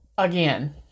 Again